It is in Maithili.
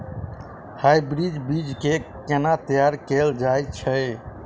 हाइब्रिड बीज केँ केना तैयार कैल जाय छै?